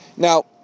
Now